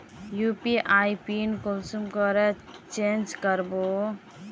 UPI pin कुंसम करे change करबो?